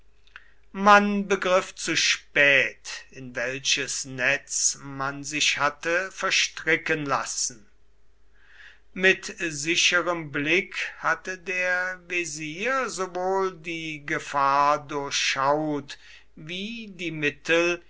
man begriff zu spät in welches netz man sich hatte verstricken lassen mit sicherem blick hatte der wesir sowohl die gefahr durchschaut wie die mittel